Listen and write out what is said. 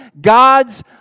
God's